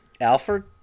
Alfred